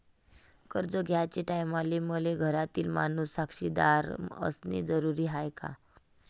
कर्ज घ्याचे टायमाले मले घरातील माणूस साक्षीदार असणे जरुरी हाय का?